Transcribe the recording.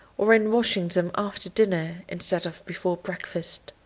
or in washing them after dinner instead of before breakfast.